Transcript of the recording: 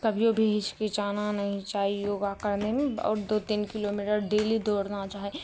कभियो भी हिचकिचाना नहि चाही योगा करनेमे आओर दो तीन किलोमटेर डेली दौड़ना चाही